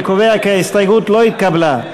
אני קובע כי ההסתייגות לא התקבלה.